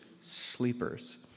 sleepers